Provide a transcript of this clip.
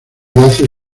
hace